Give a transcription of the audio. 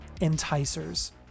Enticers